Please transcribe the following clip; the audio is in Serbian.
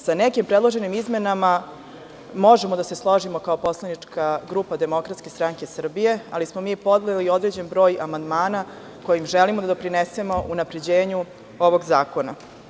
Sa nekim predloženim izmenama možemo da se složimo kao poslanička grupa Demokratske stranke Srbije, ali smo mi podneli i određen broj amandmana kojim želimo da doprinesemo unapređenju ovog zakona.